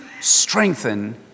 strengthen